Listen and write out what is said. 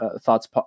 Thoughts